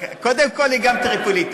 קודם כול, גם היא טריפוליטאית,